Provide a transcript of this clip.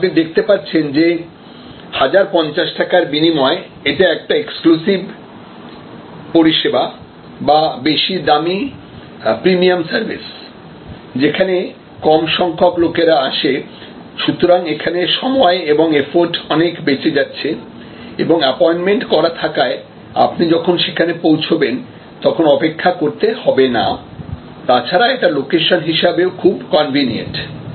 সুতরাং আপনি দেখতে পাচ্ছেন যে 1050 টাকার বিনিময় এটা একটা এক্সক্লুসিভ পরিষেবা বা বেশি দামি প্রিমিয়াম সার্ভিস যেখানে কম সংখ্যক লোকেরা আসে সুতরাং এখানে সময় এবং এফোর্র্ট অনেক বেঁচে যাচ্ছে এবং অ্যাপোয়েন্টমেন্ট করা থাকায় আপনি যখন সেখানে পৌঁছাবেন তখন অপেক্ষা করতে হবে না তাছাড়া এটা লোকেশন হিসাবে খুব কনভেনিয়েন্ট